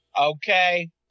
okay